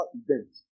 event